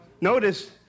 Notice